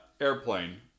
airplane